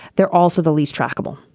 they're also the least trackable.